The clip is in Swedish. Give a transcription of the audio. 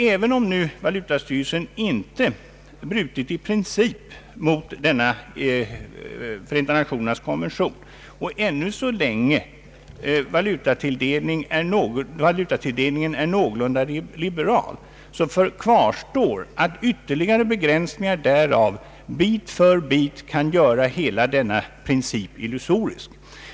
Även om valutastyrelsen inte i princip brutit mot Förenta nationernas konvention, och valutatilldelningen ännu så länge är någorlunda liberal, kvarstår att ytterligare begränsningar därav bit för bit kan göra hela denna princip illusorisk.